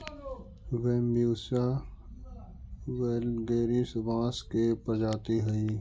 Bambusa वैलगेरिस बाँस के प्रजाति हइ